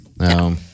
No